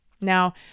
Now